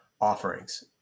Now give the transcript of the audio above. Offerings